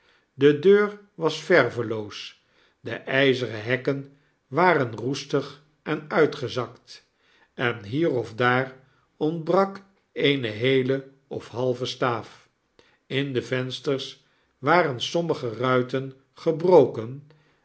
de deur was verveloos de ijzeren hekken waren roestig en uitgezakt en hier of daar ontbrak eene heele of halve staaf in de vensters waren sommige ruiten gebroken